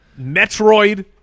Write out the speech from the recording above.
Metroid